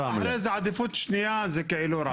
עדיפות שנייה זה כאילו רמלה.